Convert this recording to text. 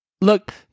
Look